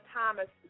Thomas